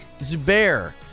Zubair